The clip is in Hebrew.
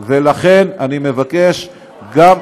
ולכן אני מבקש גם,